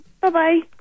Bye-bye